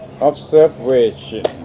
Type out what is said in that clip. observation